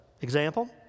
example